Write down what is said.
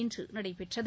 இன்று நடைபெற்றது